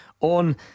On